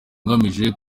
ngamije